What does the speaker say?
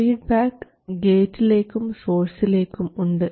feedback ഗേറ്റിലേക്കും സോഴ്സിലേക്കും ഉണ്ട്